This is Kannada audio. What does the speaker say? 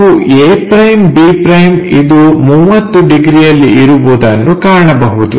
ನಾವು a'b' ಇದು 30 ಡಿಗ್ರಿಯಲ್ಲಿ ಇರುವುದನ್ನು ಕಾಣಬಹುದು